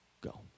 go